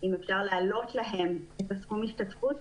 אם אפשר להעלות להם את סכום ההשתתפות,